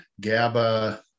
GABA